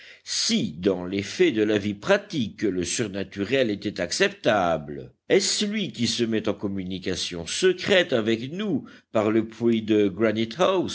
si dans les faits de la vie pratique le surnaturel était acceptable est-ce lui qui se met en communication secrète avec nous par le puits de